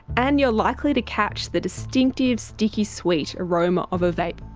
and you're likely to catch the distinctive sticky-sweet aroma of a vape.